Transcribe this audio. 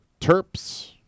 Terps